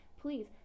please